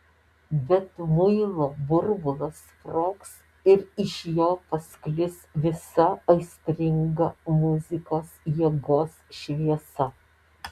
bet muilo burbulas sprogs ir iš jo pasklis visa aistringa muzikos jėgos šviesa